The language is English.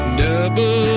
double